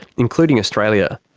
including australia.